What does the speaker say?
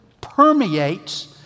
permeates